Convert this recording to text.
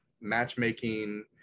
matchmaking